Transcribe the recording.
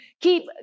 Keep